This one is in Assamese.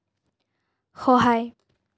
সহায়